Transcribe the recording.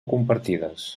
compartides